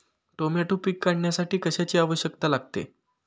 Tomato पीक काढण्यासाठी कशाची आवश्यकता लागते?